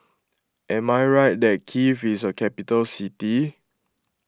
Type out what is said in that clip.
am I right that Kiev is a capital city